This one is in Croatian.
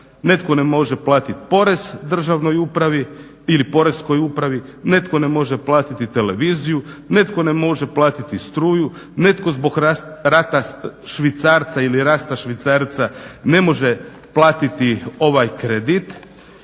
Netko ne može platiti porez državnoj upravi ili poreskoj upravi netko ne može platiti televiziju, netko ne može platiti struju, netko zbog rasta švicarca ne može platiti kredit